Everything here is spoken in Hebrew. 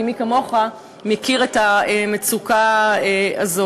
כי מי כמוך מכיר את המצוקה הזאת.